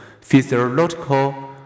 physiological